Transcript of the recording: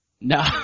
No